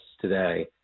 today